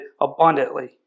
abundantly